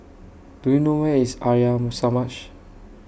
Do YOU know Where IS Arya Samaj